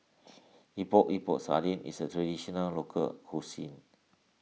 Epok Epok Sardin is a Traditional Local Cuisine